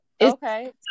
okay